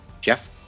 Jeff